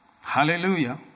Hallelujah